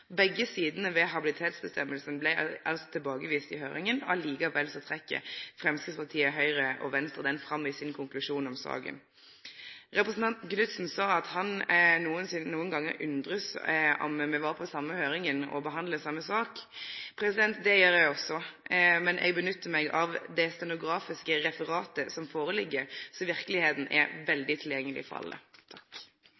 Begge sidene ved habilitetsfråsegna blei tilbakeviste i høyringa. Likevel dreg Framstegspartiet, Høgre og Venstre dette fram i sin konklusjon i saka. Representanten Knudsen sa at han nokre gonger undrar seg over om me var på den same høyringa og behandla den same saka. Det gjer eg også. Men eg nyttar meg av det stenografiske referatet som føreligg, så verkelegheita er